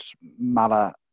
Mala